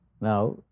Now